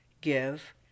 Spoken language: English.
give